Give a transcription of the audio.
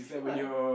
true [what]